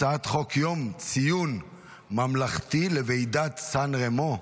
הצעת חוק יום ציון ממלכתי לוועידת סן רמו,